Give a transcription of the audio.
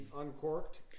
Uncorked